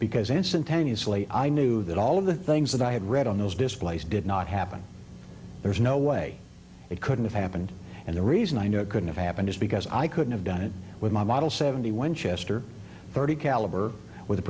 because instantaneously i knew that all of the things that i had read on those displays did not happen there is no way it couldn't have happened and the reason i know it couldn't have happened is because i couldn't have done it with my model seventy one chester thirty caliber with